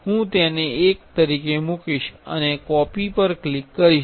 હું તેને એક તરીકે મૂકીશ અને કોપી પર ક્લિક કરીશ